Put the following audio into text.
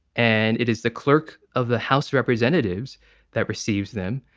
and it is the clerk of the house of representatives that receives them.